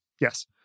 Yes